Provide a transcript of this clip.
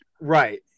Right